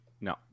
No